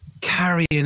Carrying